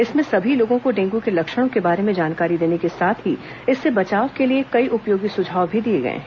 इसमें सभी लोगों को डेंगू के लक्षणों के बारे में जानकारी देने के साथ ही इससे बचाव के लिए कई उपयोगी सुझाव भी दिए गए हैं